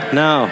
no